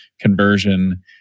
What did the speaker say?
conversion